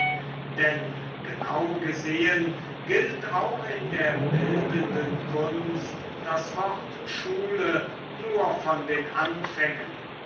denn genau gesehen gilt auch in der bildenden kunst das wort schule nur von den anfängen